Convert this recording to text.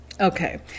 okay